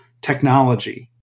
technology